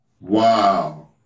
Wow